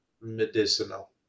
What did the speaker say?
medicinal